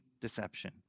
deception